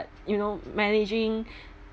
you know managing